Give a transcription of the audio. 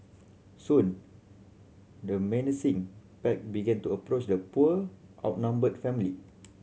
soon the menacing pack began to approach the poor outnumbered family